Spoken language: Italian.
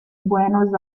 buenos